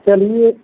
चलिए